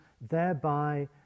thereby